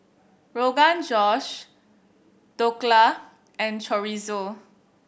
Rogan Josh Dhokla and Chorizo